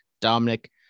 Dominic